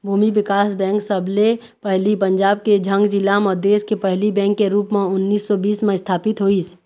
भूमि बिकास बेंक सबले पहिली पंजाब के झंग जिला म देस के पहिली बेंक के रुप म उन्नीस सौ बीस म इस्थापित होइस